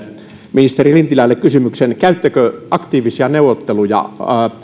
ministeri lintilälle kysymyksen käyttekö aktiivisia neuvotteluja